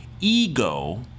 Ego